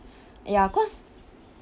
ya cause